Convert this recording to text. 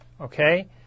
okay